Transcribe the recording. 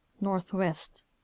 northwest